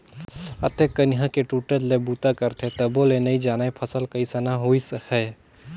अतेक कनिहा के टूटट ले बूता करथे तभो ले नइ जानय फसल कइसना होइस है